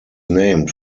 named